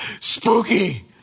Spooky